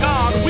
God